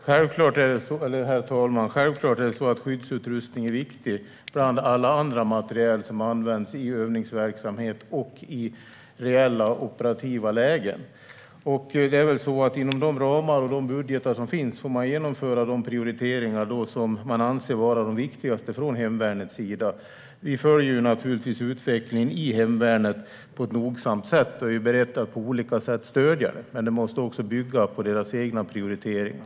Herr talman! Självklart är skyddsutrustning viktig, bland alla andra materiel som används i övningsverksamhet och i reella, operativa lägen. Inom de ramar och budgetar som finns får man genomföra de prioriteringar man anser vara de viktigaste från hemvärnets sida. Vi följer naturligtvis utvecklingen i hemvärnet på ett nogsamt sätt och är beredda att på olika stödja det, men det måste också bygga på deras egna prioriteringar.